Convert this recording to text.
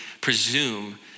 presume